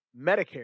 Medicare